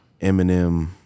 eminem